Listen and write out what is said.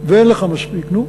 ואין לך מספיק, נו,